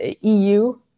EU